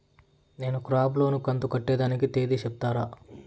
నేను crop loan కంతు కట్టేదానికి తేది సెప్తారా?